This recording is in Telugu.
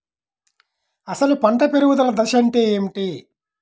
అసలు పంట పెరుగుదల దశ అంటే ఏమిటి?